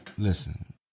Listen